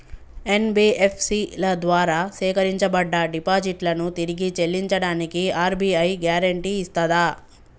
NBFC ల ద్వారా సేకరించబడ్డ డిపాజిట్లను తిరిగి చెల్లించడానికి ఆర్.బి.ఐ గ్యారెంటీ ఇస్తదా?